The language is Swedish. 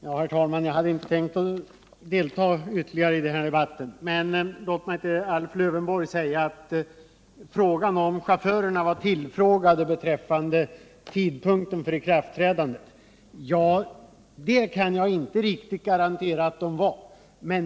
Herr talman! Jag hade inte tänkt delta ytterligare i denna debatt, men låt mig säga till Alf Lövenborg att jag inte kan garantera att chaufförerna var tillfrågade om tidpunkten för ikraftträdandet.